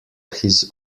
his